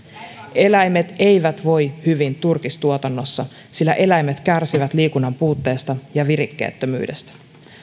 eläimet eivät voi hyvin turkistuotannossa sillä eläimet kärsivät liikunnan puutteesta ja virikkeettömyydestä